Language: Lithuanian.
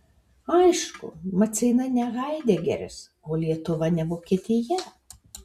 aišku maceina ne haidegeris o lietuva ne vokietija